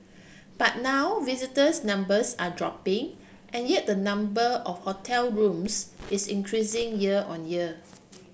but now visitors numbers are dropping and yet the number of hotel rooms is increasing year on year